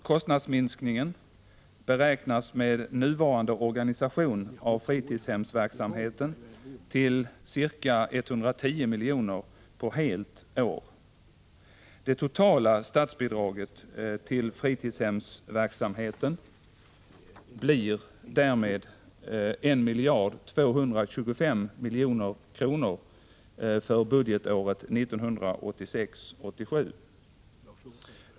Kostnadsminskningen beräknas med nuvarande organisation av fritidshemsverksamheten till ca 110 milj.kr. på helt år. Det totala statsbidraget till fritidshemsverksamheten blir därmed 1 225 milj.kr. för budgetåret 1986/87.